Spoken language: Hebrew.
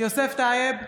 יוסף טייב,